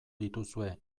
dituzue